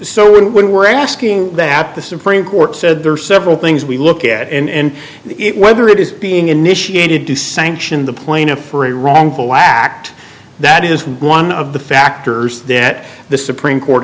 so when we were asking that the supreme court said there are several things we look at in it whether it is being initiated to sanction the plaintiff or a wrongful act that is one of the factors that the supreme court